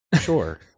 Sure